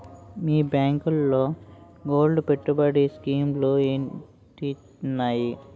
మీ బ్యాంకులో గోల్డ్ పెట్టుబడి స్కీం లు ఏంటి వున్నాయి?